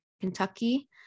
Kentucky